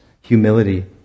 humility